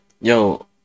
Yo